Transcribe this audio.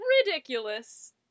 ridiculous